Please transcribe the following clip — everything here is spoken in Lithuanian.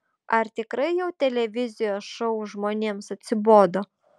ar tikrai jau televizijos šou žmonėms atsibodo